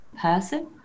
person